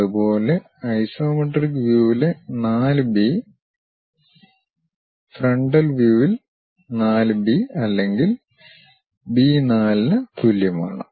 അതുപോലെ ഐസോമെട്രിക് വ്യുവിലേ 4 B frontal വ്യൂവിലെ 4 ബി അല്ലെങ്കിൽ ബി 4 ന് തുല്യമാണ്